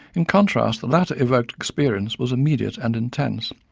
in contrast the latter evoked experience was immediate and intense,